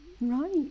Right